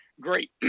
Great